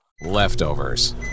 Leftovers